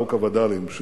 חוק הווד"לים,